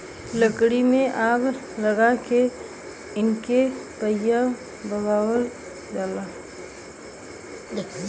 लकड़ी में आग लगा के इनके पहिले भगावल जाला